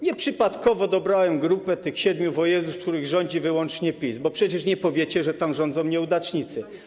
Nieprzypadkowo dobrałem grupę tych siedmiu województw, w których rządzi wyłącznie PiS, bo przecież nie powiecie, że tam rządzą nieudacznicy.